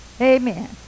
Amen